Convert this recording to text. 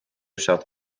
south